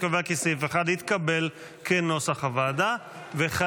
אני קובע כי סעיף 1, כהצעת הוועדה, התקבל.